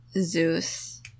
Zeus